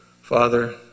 Father